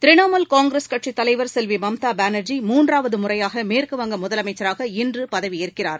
திரிணமுல் காங்கிரஸ் தலைவர் செல்வி மம்தா பானா்ஜி மூன்றாவது முறையாக மேற்குவங்க முதலமைச்சராக இன்று பதவியேற்கிறார்